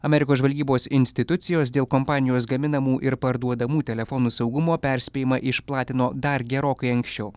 amerikos žvalgybos institucijos dėl kompanijos gaminamų ir parduodamų telefonų saugumo perspėjimą išplatino dar gerokai anksčiau